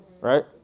Right